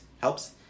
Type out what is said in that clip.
helps